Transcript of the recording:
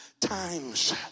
times